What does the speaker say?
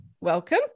Welcome